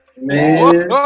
Man